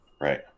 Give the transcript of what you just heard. Right